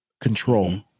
control